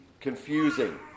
confusing